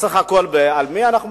בסך הכול, על מי אנחנו מדברים?